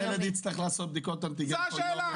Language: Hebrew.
ילד יעשה בדיקות אנטיגן כל יום?